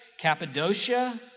Cappadocia